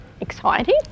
exciting